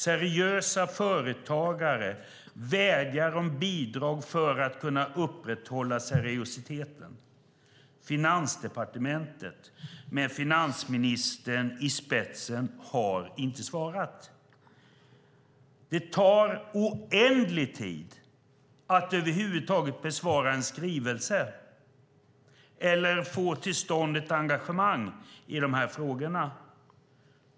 Seriösa företagare vädjar om bidrag för att kunna upprätthålla seriositeten. Finansdepartementet med finansministern i spetsen har inte svarat. Det tar oändlig tid att över huvud taget besvara en skrivelse eller få till stånd ett engagemang i de här frågorna.